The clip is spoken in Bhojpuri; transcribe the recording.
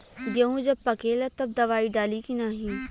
गेहूँ जब पकेला तब दवाई डाली की नाही?